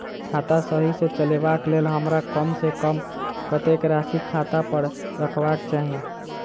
खाता सही सँ चलेबाक लेल हमरा कम सँ कम कतेक राशि खाता पर रखबाक चाहि?